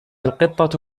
القطة